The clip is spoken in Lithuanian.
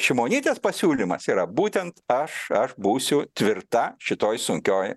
šimonytės pasiūlymas yra būtent aš aš būsiu tvirta šitoj sunkioj